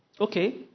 Okay